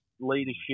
leadership